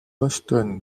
boston